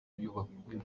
yubakwa